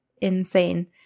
insane